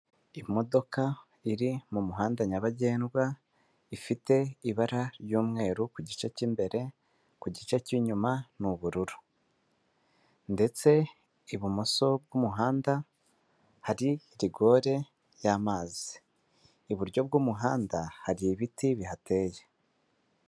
Imodoka iri mu muhanda nyabagendwa, ifite ibara ry'umweru ku gice cy'imbere, ku gice cy'inyuma ni ubururu ndetse ibumoso bw'umuhanda hari rigore y'amazi, iburyo bw'umuhanda hari ibiti bihateye.